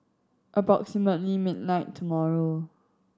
approximately midnight tomorrow